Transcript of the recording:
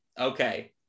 Okay